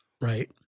Right